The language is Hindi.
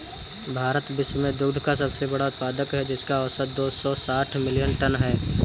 भारत विश्व में दुग्ध का सबसे बड़ा उत्पादक है, जिसका औसत दो सौ साठ मिलियन टन है